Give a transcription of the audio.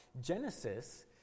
Genesis